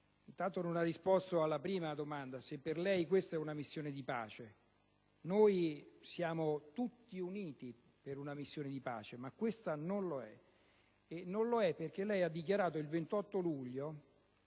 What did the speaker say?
Intanto non ha risposto alla prima domanda, se per lei questa è una missione di pace. Noi siamo tutti uniti per una missione di pace, ma questa non lo è; non lo è, perché lei ha pronunciato, il 28 luglio,